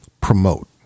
promote